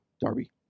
Darby